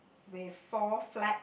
with four flags